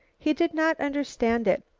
he did not understand it,